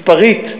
מספרית,